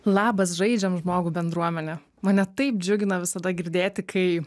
labas žaidžiam žmogų bendruomene mane taip džiugina visada girdėti kai